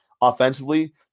Offensively